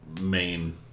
main